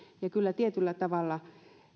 kyllä tietyllä tavalla